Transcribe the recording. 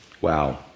Wow